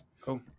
Cool